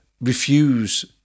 refuse